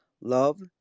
love